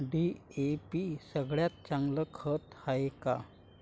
DAP सगळ्यात चांगलं खत हाये का?